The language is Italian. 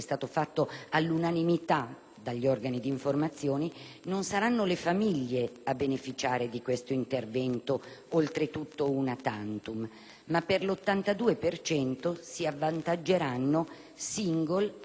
dagli organi di informazione, non saranno le famiglie a beneficiare di questo intervento, oltretutto *una tantum*, ma per l'82 per cento se ne avvantaggeranno *single* e coppie senza figli.